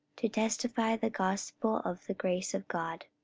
to testify the gospel of the grace of god.